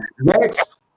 Next